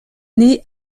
née